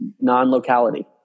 non-locality